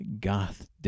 goth